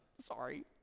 Sorry